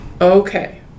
Okay